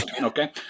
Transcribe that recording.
okay